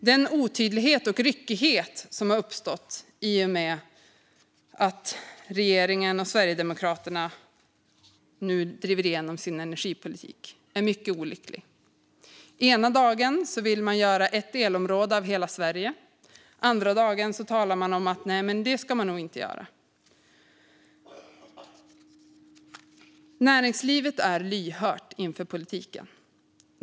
Den otydlighet och ryckighet som har uppstått i och med att regeringen och Sverigedemokraterna nu driver igenom sin energipolitik är mycket olycklig. Den ena dagen vill man göra ett elområde av hela Sverige. Den andra dagen säger man: Nej, det ska man nog inte göra. Näringslivet är lyhört inför politiken.